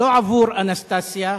לא עבור אנסטסיה,